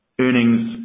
earnings